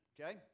okay